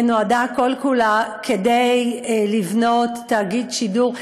נועדה כל-כולה כדי לבנות תאגיד שידור,